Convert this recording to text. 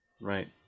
Right